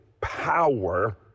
power